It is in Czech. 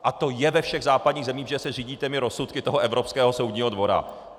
A to je ve všech západních zemích, že se řídí těmi rozsudky Evropského soudního dvora.